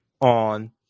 on